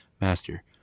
Master